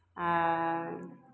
आ